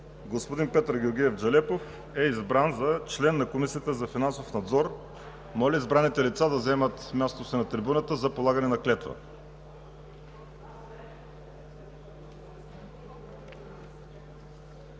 Господин Петър Георгиев Джелепов е избран за член на Комисията за финансов надзор. Моля избраните лица да заемат мястото си на трибуната за полагане на клетва.